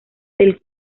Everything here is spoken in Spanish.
del